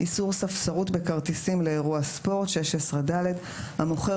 איסור ספסרות בכרטיסים לאירוע ספורט 16ד. המוכר